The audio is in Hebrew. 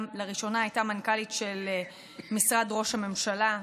גם לראשונה הייתה מנכ"לית של משרד ראש הממשלה,